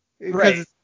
right